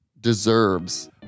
deserves